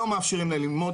לא מאפשרים להם ללמוד,